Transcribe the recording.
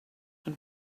and